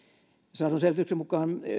saadun selvityksen mukaan